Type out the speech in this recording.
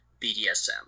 BDSM